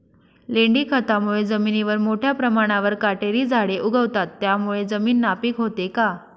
लेंडी खतामुळे जमिनीवर मोठ्या प्रमाणावर काटेरी झाडे उगवतात, त्यामुळे जमीन नापीक होते का?